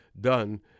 done